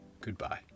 Goodbye